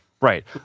Right